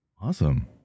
awesome